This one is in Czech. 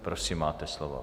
Prosím, máte slovo.